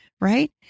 right